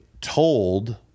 told